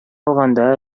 алганда